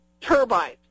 Turbines